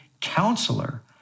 counselor